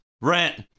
Rent